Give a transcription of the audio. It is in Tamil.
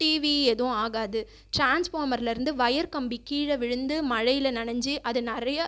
டிவி ஏதும் ஆகாது டிரான்ஸ்ஃபாமர்லிருந்து வயர் கம்பி கீழே விழுந்து மழையில் நனைந்து அது நிறைய